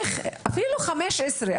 ואפילו 15?